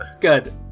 Good